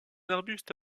arbuste